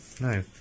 No